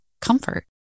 comfort